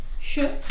sure